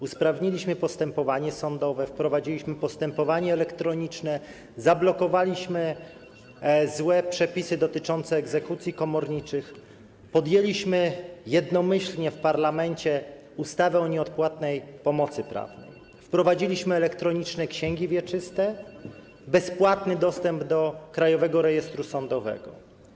Usprawniliśmy postępowanie sądowe, wprowadziliśmy postępowanie elektroniczne, zablokowaliśmy złe przepisy dotyczące egzekucji komorniczych, uchwaliliśmy jednomyślnie w parlamencie ustawę o nieodpłatnej pomocy prawnej, wprowadziliśmy elektroniczne księgi wieczyste, bezpłatny dostęp do Krajowego Rejestru Sądowego.